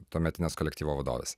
tuometinės kolektyvo vadovės